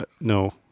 No